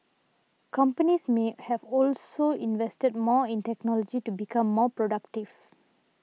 companies may have also invested more in technology to become more productive